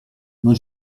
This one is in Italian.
non